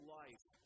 life